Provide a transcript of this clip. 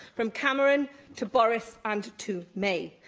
from cameron to boris and to may.